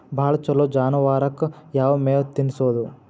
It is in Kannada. ಭಾಳ ಛಲೋ ಜಾನುವಾರಕ್ ಯಾವ್ ಮೇವ್ ತಿನ್ನಸೋದು?